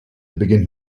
beginnt